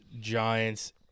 Giants